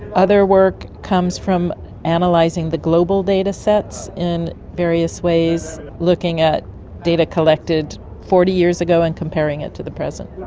other work comes from and like analysing the global datasets in various ways, looking at data collected forty years ago and comparing it to the present.